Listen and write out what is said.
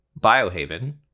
biohaven